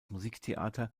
musiktheater